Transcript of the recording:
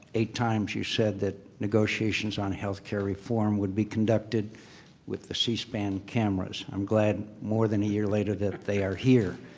eight times you said that negotiations on health care reform would be conducted with the c-span cameras. i'm glad more than a year later that they are here.